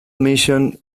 mission